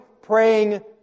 praying